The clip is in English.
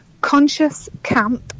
consciouscamp